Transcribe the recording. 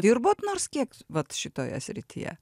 dirbot nors kiek vat šitoje srityje